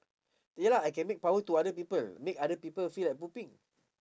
ya lah I can make power to other people make other people feel like pooping